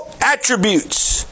attributes